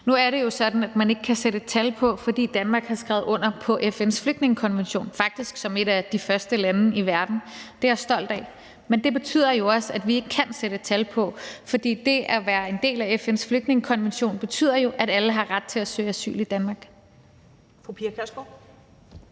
Nu er det jo sådan, at man ikke kan sætte et tal på, fordi Danmark har skrevet under på FN's flygtningekonvention – faktisk som et af de første lande i verden. Det er jeg stolt af. Men det betyder jo også, at vi ikke kan sætte et tal på, fordi det at være en del af FN's flygtningekonvention jo betyder, at alle har ret til at søge asyl i Danmark.